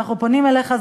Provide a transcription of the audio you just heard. ואנחנו פונים אליך,